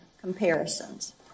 comparisons